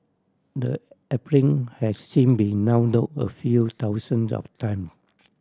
the app in has since been download a few thousands of time